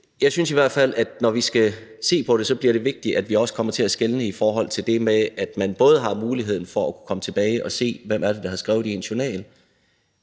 Jeg synes i hvert fald, at når vi skal se på det, bliver det vigtigt, at vi også kommer til at skelne i forhold til det med, at man både har mulighed for at kunne komme tilbage og se, hvem det er, der har skrevet i ens journal,